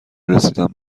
رسیدن